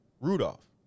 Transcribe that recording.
Rudolph